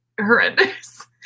horrendous